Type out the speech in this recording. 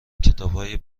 کتابهای